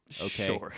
okay